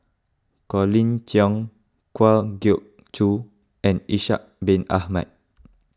Colin Cheong Kwa Geok Choo and Ishak Bin Ahmad